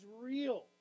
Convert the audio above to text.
real